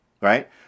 right